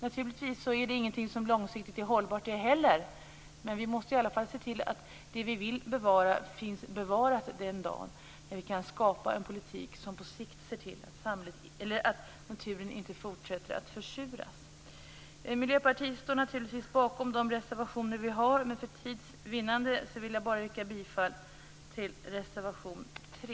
Naturligtvis är inte det heller någonting som långsiktigt är hållbart men vi måste i alla fall se till att det vi vill bevara finns bevarat den dagen vi kan skapa en politik som på sikt ser till att naturen inte fortsätter att försuras. Vi i Miljöpartiet stöder självfallet våra reservationer men för tids vinnande yrkar jag bifall endast till reservation 3.